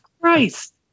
Christ